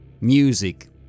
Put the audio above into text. music